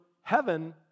heaven